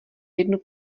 jednu